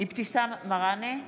אבתיסאם מראענה,